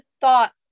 thoughts